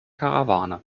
karawane